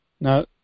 Now